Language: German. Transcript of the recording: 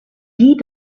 die